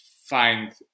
find